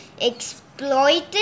exploited